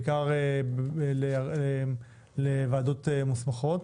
בעיקר לוועדות מוסמכות,